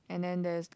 and then there's